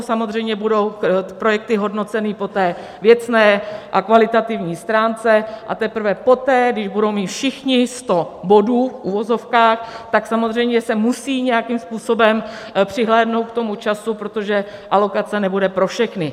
Samozřejmě budou projekty hodnocené po té věcné a kvalitativní stránce, a teprve poté, když budou mít všichni sto bodů v uvozovkách, tak samozřejmě se musí nějakým způsobem přihlédnout k tomu času, protože alokace nebude pro všechny.